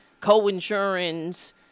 co-insurance –